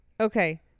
okay